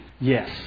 Yes